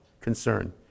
concern